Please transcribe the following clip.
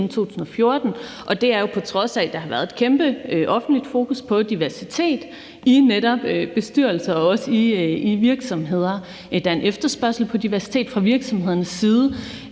og det er jo, på trods af at der har været et kæmpe offentligt fokus på diversitet i netop bestyrelser og også i virksomheder. Der er en efterspørgsel på diversitet fra virksomhedernes side,